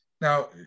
Now